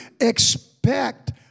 expect